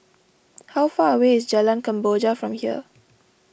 how far away is Jalan Kemboja from here